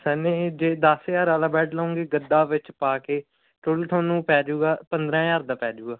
ਸਨੀ ਦੇ ਦਸ ਹਜ਼ਾਰ ਵਾਲਾ ਬੈਡ ਲਉਗੇ ਗੱਦਾ ਵਿੱਚ ਪਾ ਕੇ ਤੁਹਾਨੂੰ ਪੈ ਜਾਵੇਗਾ ਪੰਦਰ੍ਹਾਂ ਹਜ਼ਾਰ ਦਾ ਪੈ ਜਾਵੇਗਾ